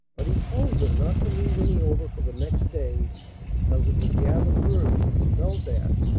but he told them not to leave any over for the next day because it would gather worms and smell bad,